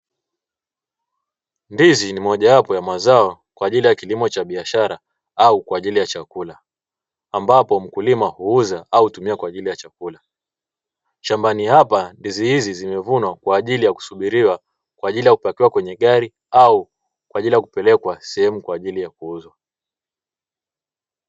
Ndizi ni mojawapo ya mazao kwa ajili ya kilimo cha biashara au kwa ajili ya chakula ambapo mkulima huuza au hutumia kwa ajili ya chakula. Shambani hapa ndizi hizi zimevunwa kwa ajili ya kusubiriwa kwa ajili ya kupakiwa kwenye gari au kwa ajili ya kupelekwa sehemu kwa ajili ya kuuzwa.